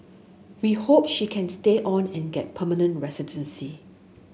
we hope she can stay on and get permanent residency